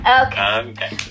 okay